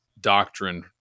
doctrine